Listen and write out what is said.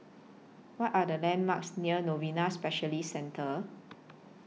What Are The landmarks near Novena Specialist Centre